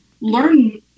learn